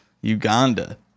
Uganda